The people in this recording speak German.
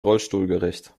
rollstuhlgerecht